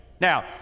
Now